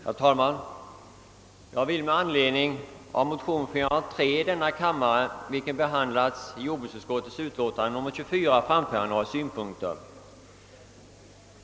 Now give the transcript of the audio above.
Herr talman! Jag vill med anledning av motion 403 i denna kammare, vilken behandlats i jordbruksutskottets utlåtande nr 24, framföra några synpunkter.